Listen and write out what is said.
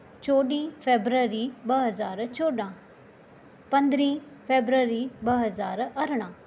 चोॾीहीं February ॿ हज़ार चोॾहां पंद्रहीं फेबरवरी ॿ हज़ार अरिड़हां